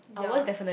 ya